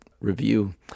review